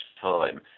time